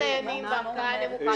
פסיקה של שלושה דיינים בערכאה נמוכה.